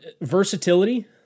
versatility